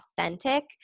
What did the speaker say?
authentic